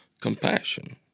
compassion